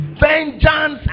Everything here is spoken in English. Vengeance